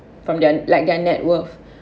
from then like their net worth